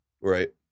Right